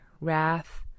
wrath